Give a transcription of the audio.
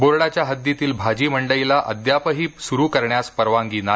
बोर्डाच्या हद्दीतील भाजी मंडईला अद्यापही सुरू करण्यास परवानगी नाही